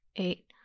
eight